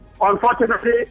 Unfortunately